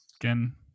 Again